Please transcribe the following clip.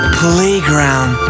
playground